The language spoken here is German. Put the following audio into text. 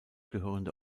gehörende